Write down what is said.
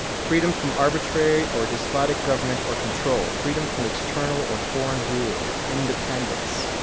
freedom from arbitrary or despotic government or control, freedom from external or foreign rule, independence,